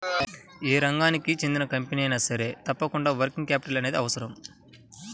యే రంగానికి చెందిన కంపెనీ అయినా సరే తప్పకుండా వర్కింగ్ క్యాపిటల్ అనేది అవసరం